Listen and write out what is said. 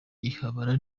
ihabara